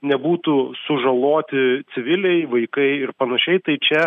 nebūtų sužaloti civiliai vaikai ir panašiai tai čia